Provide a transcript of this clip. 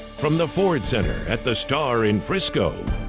from the ford center at the star in frisco,